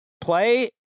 play